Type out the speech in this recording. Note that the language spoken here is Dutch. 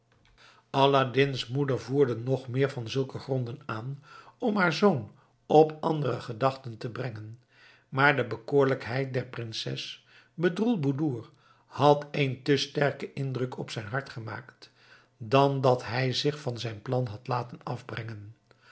aladdin's moeder voerde nog meer van zulke gronden aan om haar zoon op andere gedachten te brengen maar de bekoorlijkheid der prinses bedroelboedoer had een te sterken indruk op zijn hart gemaakt dan dat hij zich van zijn plan had laten afbrengen